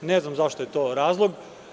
Ne znam zašto je to razlog.